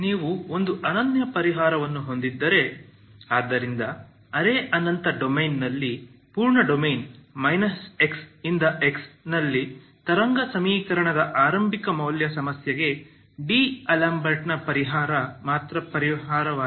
ನೀವು ಒಂದು ಅನನ್ಯ ಪರಿಹಾರವನ್ನು ಹೊಂದಿದ್ದೀರಿ ಆದ್ದರಿಂದ ಅರೆ ಅನಂತ ಡೊಮೇನ್ನಲ್ಲಿ ಪೂರ್ಣ ಡೊಮೇನ್ x ನಲ್ಲಿ ತರಂಗ ಸಮೀಕರಣದ ಆರಂಭಿಕ ಮೌಲ್ಯ ಸಮಸ್ಯೆಗೆ ಡಿಅಲೆಂಬರ್ಟ್ನ ಪರಿಹಾರ ಮಾತ್ರ ಪರಿಹಾರವಾಗಿದೆ